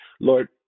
Lord